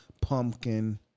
pumpkin